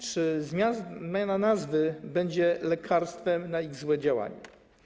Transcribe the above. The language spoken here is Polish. Czy zmiana nazwy będzie lekarstwem na jej złe działanie?